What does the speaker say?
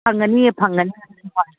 ꯐꯪꯒꯅꯤꯌꯦ ꯐꯪꯒꯅꯤ